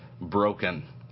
broken